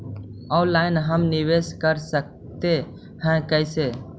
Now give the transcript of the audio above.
Online हम निवेश कर सकते है, कैसे?